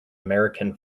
american